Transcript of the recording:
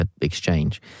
exchange